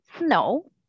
no